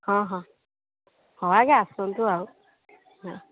ହଁ ହଁ ହଁ ଆଗେ ଆସନ୍ତୁ ଆଉ ହଁ